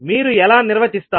మీరు ఎలా నిర్వచిస్తారు